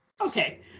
Okay